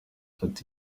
ati